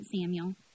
Samuel